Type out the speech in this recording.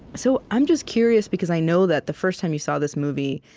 so i'm just curious, because i know that the first time you saw this movie,